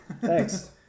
Thanks